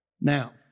Now